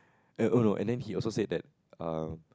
and oh no and then he also said that um